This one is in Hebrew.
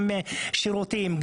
שירותים,